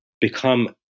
become